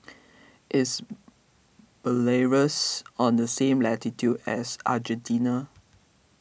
is Belarus on the same latitude as Argentina